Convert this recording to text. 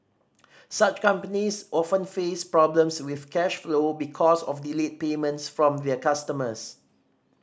such companies often face problems with cash flow because of delayed payments from their customers